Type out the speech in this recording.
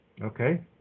Okay